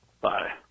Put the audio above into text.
Bye